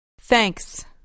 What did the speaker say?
Thanks